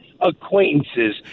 acquaintances